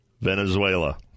Venezuela